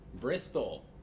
Bristol